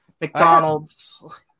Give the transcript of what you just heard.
McDonald's